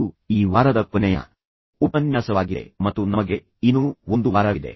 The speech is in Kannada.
ಇದು ಈ ವಾರದ ಕೊನೆಯ ಉಪನ್ಯಾಸವಾಗಿದೆ ಮತ್ತು ನಮಗೆ ಇನ್ನೂ ಒಂದು ವಾರವಿದೆ